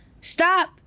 Stop